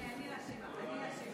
אני אשמה.